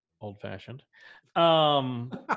old-fashioned